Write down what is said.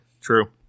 true